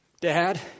Dad